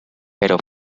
pero